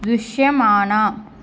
దృశ్యమాన